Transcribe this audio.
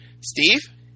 Steve